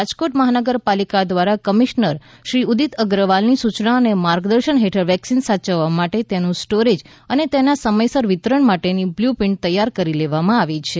રાજકોટ મહાનગરપાલિકા દ્વારા કમિશનરશ્રી ઉદિત અગ્રવાલની સુચના અને માર્ગદર્શન હેઠળ વેક્સિન સાયવવા માટે તેનું સ્ટોરેજ અને તેના સમયસર વિતરણ માટે બ્લૂપ્રિન્ટ તૈયાર કરી લેવામાં આવી છે